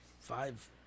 five